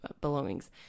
belongings